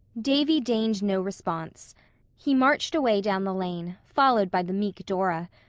davy deigned no response he marched away down the lane, followed by the meek dora.